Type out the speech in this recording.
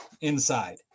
inside